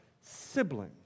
sibling